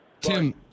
Tim